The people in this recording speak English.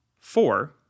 four